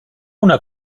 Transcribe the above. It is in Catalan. una